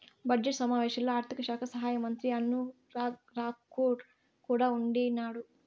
budget సమావేశాల్లో ఆర్థిక శాఖ సహాయమంత్రి అనురాగ్ రాకూర్ కూడా ఉండిన్నాడు